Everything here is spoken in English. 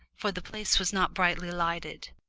for the place was not brightly lighted,